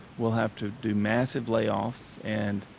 will have to do massive layoffs, and,